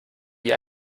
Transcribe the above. wie